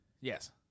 Yes